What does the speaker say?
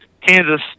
Kansas